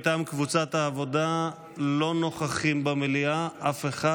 מטעם קבוצת העבודה לא נוכח במליאה אף אחד,